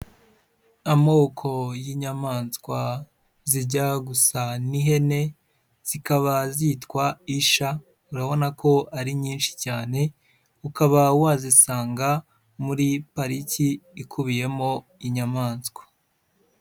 Amoko y'inyamaswa zijya gusa n'ihene zikaba zitwa isha, urabona ko ari nyinshi cyane, ukaba wazisanga muri pariki ikubiyemo inyamaswa.